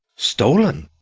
stolen!